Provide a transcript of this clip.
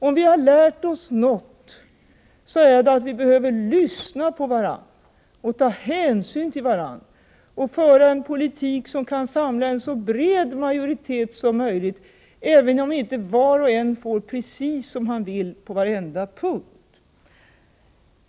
Om vi har lärt oss något är det att vi behöver lyssna på varandra och ta hänsyn till varandra och föra en politik som kan samla en så bred majoritet som möjligt, även om inte var och en får precis som han vill på varenda punkt.